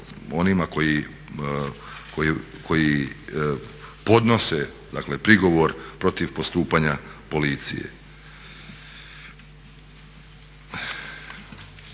onima koji podnose prigovor protiv postupanja policije.